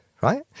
right